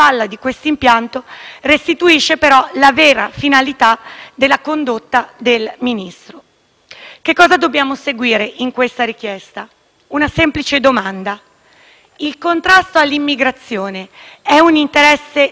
Cosa dobbiamo seguire in questa richiesta? Una semplice domanda: il contrasto all'immigrazione è un interesse dello Stato costituzionalmente rilevante ovvero un preminente interesse pubblico?